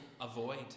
avoid